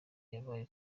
yabaye